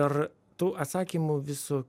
ir tų atsakymų visų